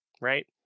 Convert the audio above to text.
right